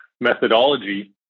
methodology